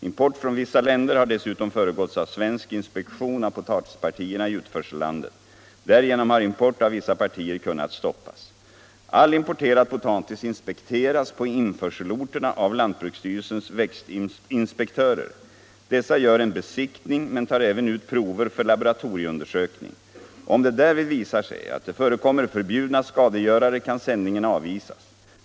Import från vissa länder har dessutom föregåtts av svensk inspektion av potatispartierna i utförsellandet. Därigenom har import av vissa partier kunnat stoppas. All importerad potatis inspekteras på införselorterna av lantbrukssty förhindra spridning förhindra spridning av vissa potatissjukdomar relsens växtinspektörer. Dessa gör en besiktning men tar även ut prover för laboratorieundersökning. Om det därvid visar sig att det förekommer förbjudna skadegörare kan sändningen avvisas.